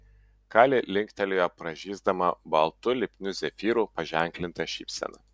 kali linktelėjo pražysdama baltu lipniu zefyru paženklinta šypsena